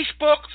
Facebook